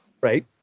right